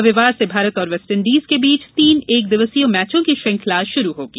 रविवार से भारत और वेस्टइंडीज के बीच तीन एकदिवसीय मैचों की श्रृंखला शुरू होगी